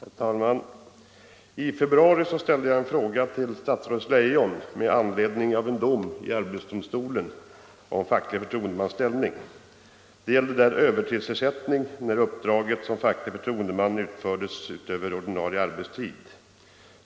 Herr talman! I februari ställde jag en fråga till statsrådet Leijon med = arbetsplatsen anledning av en dom i arbetsdomstolen om facklig förtroendemans ställning. Det gällde övertidsersättning när uppdraget som facklig förtroendeman utfördes utöver ordinarie arbetstid.